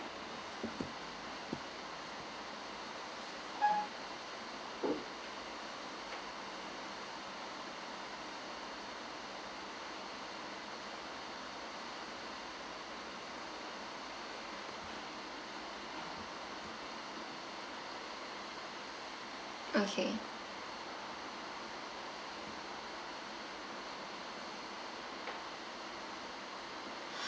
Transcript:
okay